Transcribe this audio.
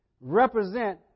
represent